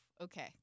Okay